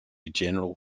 general